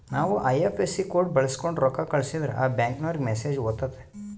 ನಾವು IFSC code ಬಳಕ್ಸೋಂಡು ರೊಕ್ಕ ಕಳಸಿದ್ರೆ ಆ ಬ್ಯಾಂಕಿನೋರಿಗೆ ಮೆಸೇಜ್ ಹೊತತೆ